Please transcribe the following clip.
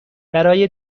برای